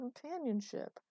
companionship